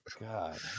god